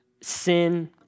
sin